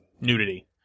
nudity